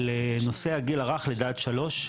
לנושא הגיל הרך לידה עד שלוש,